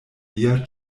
lia